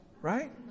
right